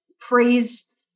praise